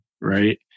Right